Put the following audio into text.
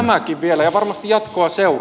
tämäkin vielä ja varmasti jatkoa seuraa